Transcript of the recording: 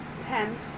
Ten